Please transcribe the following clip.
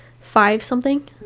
five-something